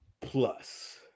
plus